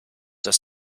das